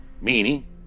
meaning